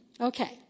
Okay